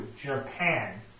Japan